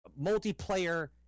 multiplayer